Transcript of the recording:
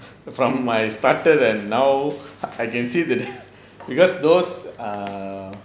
from my starter and now I can see the because those err